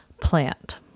plant